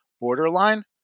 borderline